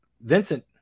Vincent